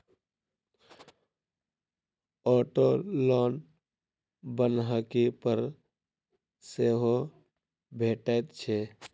auto loan बन्हकी पर सेहो भेटैत छै